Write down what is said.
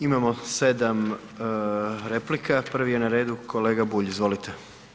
Imamo 7 replika, prvi je na redu kolega Bulj, izvolite.